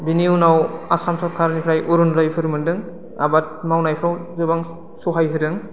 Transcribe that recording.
बिनि उनाव आसाम सरखारनिफ्राय अरुनदयफोर मोनदों आबाद मावनायफ्राव गोबां सहाय होदों